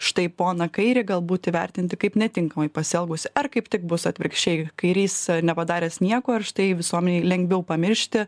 štai poną kairį galbūt įvertinti kaip netinkamai pasielgusį ar kaip tik bus atvirkščiai kairys nepadaręs nieko ir štai visuomenei lengviau pamiršti